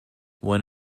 one